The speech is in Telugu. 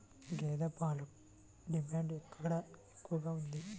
గేదె పాలకు డిమాండ్ ఎక్కడ ఎక్కువగా ఉంది?